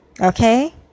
okay